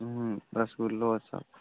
रसगुल्लो सभ